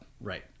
right